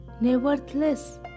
nevertheless